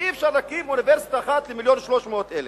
ואי-אפשר להקים אוניברסיטה אחת למיליון ו-300,000?